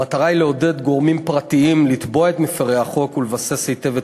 המטרה היא לעודד גורמים פרטיים לתבוע את מפרי החוק ולבסס היטב את